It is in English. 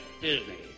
Disney